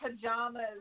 pajamas